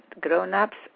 grown-ups